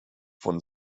von